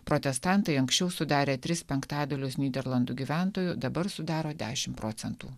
protestantai anksčiau sudarė tris penktadalius nyderlandų gyventojų dabar sudaro dešim procentų